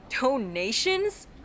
Donations